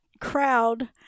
crowd